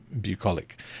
Bucolic